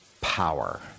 power